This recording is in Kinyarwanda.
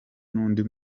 n’undi